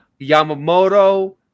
Yamamoto